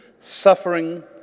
suffering